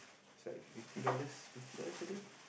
it's like fifty dollars fifty dollars a day